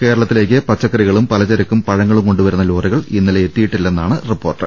കേരളത്തിലേക്ക് പച്ചക്കറികളും പലചരക്കും പഴങ്ങളും കൊണ്ടുവരുന്ന ലോറികൾ ഇന്നലെ എത്തി യില്ലെന്നാണ് റിപ്പോർട്ട്